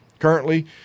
Currently